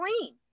clean